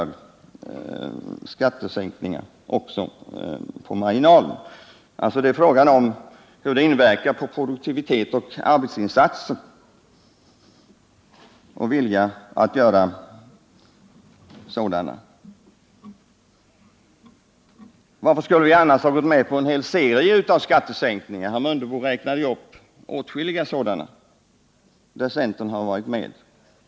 Det är fråga om hur skatterna inverkar på produktiviteten och viljan att göra arbetsinsatser. Varför skulle vi annars ha gått med på en hel serie av skattesänkningar? Herr Mundebo räknade ju upp åtskilliga sådana som centern har varit med på.